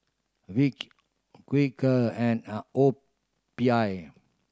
Vick Quaker and a O P I